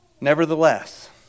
Nevertheless